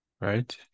right